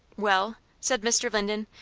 well, said mr. linden,